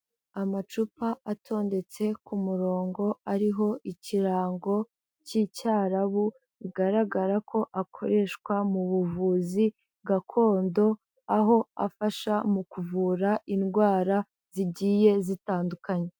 Amacupa atondetse ku murongo ariho ikirango cy'icyarabu, bigaragara ko akoreshwa mu buvuzi gakondo, aho afasha mu kuvura indwara zigiye zitandukanye.